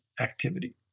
activity